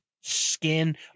skin